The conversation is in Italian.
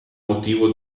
motivo